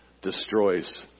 Destroys